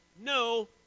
no